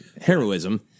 heroism